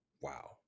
Wow